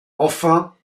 enfin